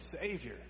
Savior